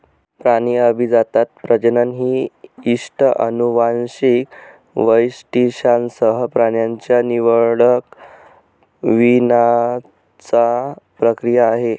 प्राणी अभिजातता, प्रजनन ही इष्ट अनुवांशिक वैशिष्ट्यांसह प्राण्यांच्या निवडक वीणाची प्रक्रिया आहे